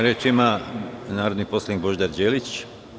Reč ima narodni poslanik Božidar Đelić.